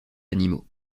animaux